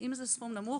אם זה סכום נמוך